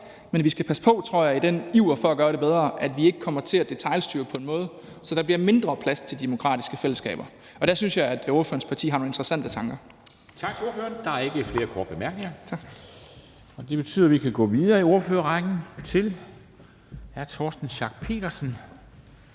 men vi skal passe på, tror jeg, at vi ikke i den iver for at gøre det bedre kommer til at detailstyre på en måde, så der bliver mindre plads til demokratiske fællesskaber. Der synes jeg at ordførerens parti har nogle interessante tanker.